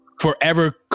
forever